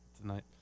tonight